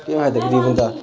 केह् फायदा गरीब होने दा